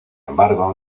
embargo